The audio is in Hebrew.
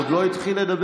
הוא עוד לא התחיל לדבר,